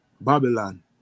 Babylon